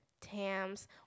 Tams